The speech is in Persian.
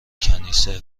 کنیسه